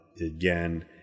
again